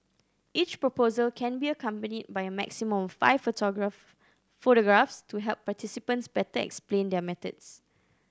each proposal can be accompanied by a maximum of five photograph photographs to help participants better explain their methods